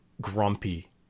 grumpy